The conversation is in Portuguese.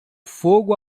fogo